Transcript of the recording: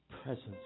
presence